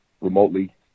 remotely